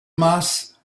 mass